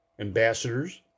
Ambassadors